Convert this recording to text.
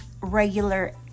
regular